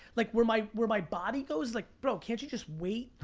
like where my where my body goes, like bro, can't you just wait,